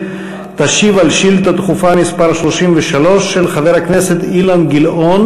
תשיב על שאילתה דחופה מס' 33 של חבר הכנסת אילן גילאון